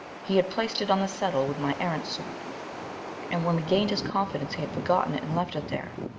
he had placed it on the settle with my erentz suit and when we gained his confidence he had forgotten it and left it there.